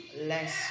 Less